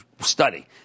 study